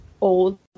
old